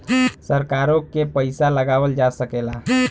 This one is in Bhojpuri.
सरकारों के पइसा लगावल जा सकेला